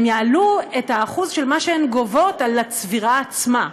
הן יעלו את האחוז של מה שהן גובות על הצבירה עצמה,